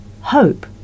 Hope